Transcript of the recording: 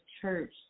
church